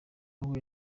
ahuye